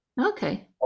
okay